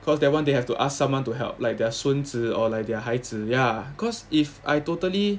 cause that one they have to ask someone to help like their 孙子 or like their 孩子 ya cause if I totally